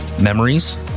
memories